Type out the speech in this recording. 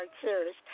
Series